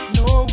no